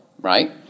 right